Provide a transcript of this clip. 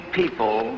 people